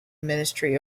ministry